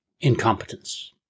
incompetence